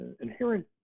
inherent